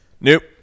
Nope